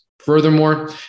Furthermore